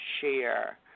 share